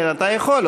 אתה יכול.